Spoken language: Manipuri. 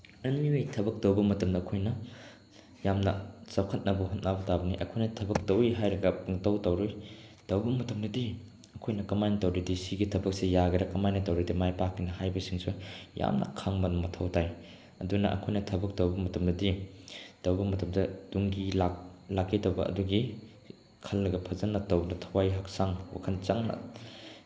ꯑꯦꯅꯤꯋꯦ ꯊꯕꯛ ꯇꯧꯕ ꯃꯇꯝꯗ ꯑꯩꯈꯣꯏꯅ ꯌꯥꯝꯅ ꯆꯥꯎꯈꯠꯅꯕ ꯍꯣꯠꯅꯕ ꯇꯥꯕꯅꯤ ꯑꯩꯈꯣꯏꯅ ꯊꯕꯛ ꯇꯧꯋꯤ ꯍꯥꯏꯔꯒ ꯄꯨꯡꯇꯧ ꯇꯧꯔꯣꯏ ꯇꯧꯕ ꯃꯇꯝꯗꯗꯤ ꯑꯩꯈꯣꯏꯅ ꯀꯃꯥꯏꯅ ꯇꯧꯔꯗꯤ ꯁꯤꯒꯤ ꯊꯕꯛꯁꯦ ꯌꯥꯒꯦꯔꯥ ꯀꯃꯥꯏꯅ ꯇꯧꯔꯗꯤ ꯃꯥꯏ ꯄꯥꯛꯀꯅꯤ ꯍꯥꯏꯕꯁꯤꯡꯁꯨ ꯌꯥꯝꯅ ꯈꯪꯕ ꯃꯊꯧ ꯇꯥꯏ ꯑꯗꯨꯅ ꯑꯩꯈꯣꯏꯅ ꯊꯕꯛ ꯇꯧꯕ ꯃꯇꯝꯗꯗꯤ ꯇꯧꯕ ꯃꯇꯝꯗ ꯇꯨꯡꯒꯤ ꯂꯥꯛꯀꯗꯕ ꯑꯗꯨꯒꯤ ꯈꯜꯂꯒ ꯐꯖꯅ ꯇꯧꯕ ꯊꯋꯥꯏ ꯍꯛꯆꯥꯡ ꯋꯥꯈꯜ ꯆꯪꯅ